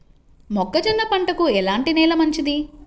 మొక్క జొన్న పంటకు ఎలాంటి నేల మంచిది?